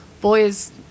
boys